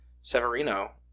Severino